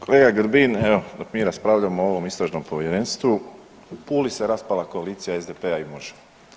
Kolega Grbin, evo dok mi raspravljamo o ovom istražnom povjerenstvu u Puli se raspala koalicija SDP-a i Možemo.